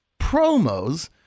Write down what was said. Promos